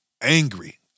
angry